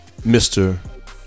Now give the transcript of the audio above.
Mr